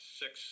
six